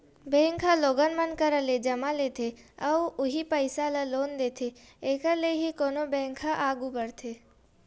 bank ह लोगन मन करा ले जमा लेथे अउ उहीं पइसा ल लोन देथे एखर ले ही कोनो बेंक ह आघू बड़थे